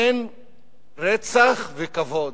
אין רצח וכבוד,